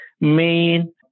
main